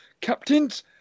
captains